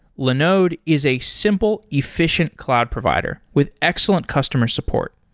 linode is a simple, efficient cloud provider with excellent customer support.